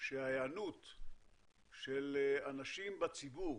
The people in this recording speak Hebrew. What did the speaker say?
שההיענות של אנשים בציבור,